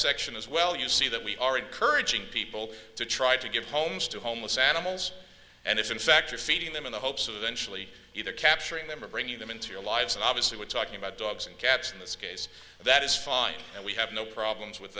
section as well you see that we are encouraging people to try to give homes to homeless animals and if in fact you're feeding them in the hopes of eventually either capturing them or bringing them into your lives and obviously we're talking about dogs and cats in this case that is fine and we have no problems with